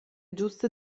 giuste